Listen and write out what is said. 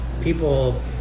people